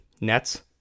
nets